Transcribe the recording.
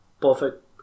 perfect